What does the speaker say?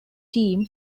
team